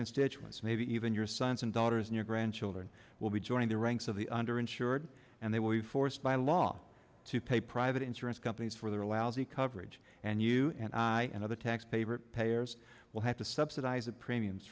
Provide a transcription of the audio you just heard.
constituents maybe even your sons and daughters and your grandchildren will be joining the ranks of the under insured and they will be forced by law to pay private insurance companies for their lousy coverage and you and i and other taxpayer payers will have to subsidize the premiums